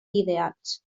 ideals